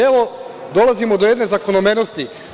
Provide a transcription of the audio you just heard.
Evo, dolazimo do jedne zakonomernosti.